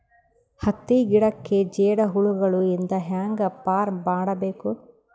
ಹತ್ತಿ ಗಿಡಕ್ಕೆ ಜೇಡ ಹುಳಗಳು ಇಂದ ಹ್ಯಾಂಗ್ ಪಾರ್ ಮಾಡಬೇಕು?